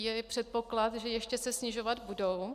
Je předpoklad, že ještě se snižovat budou.